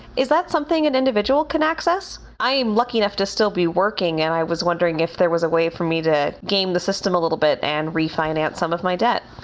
is that something an individual can access? i am lucky enough to still be working, and i was wondering if there was a way for me to game the system a little bit and refinance some of my debt.